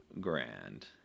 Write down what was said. grand